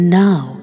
now